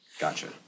Gotcha